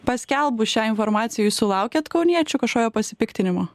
paskelbus šią informaciją jūs sulaukiat kauniečių kažkokio pasipiktinimo